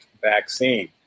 vaccine